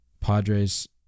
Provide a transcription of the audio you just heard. Padres